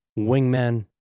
wingman.